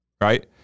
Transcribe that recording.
Right